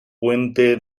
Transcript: puente